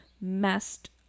messed